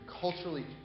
culturally